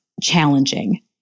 challenging